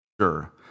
sure